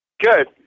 Good